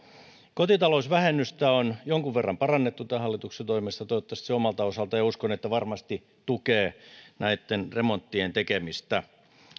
kotitalousvähennystä on jonkun verran parannettu tämän hallituksen toimesta uskon että se omalta osaltaan varmasti tukee näitten remonttien tekemistä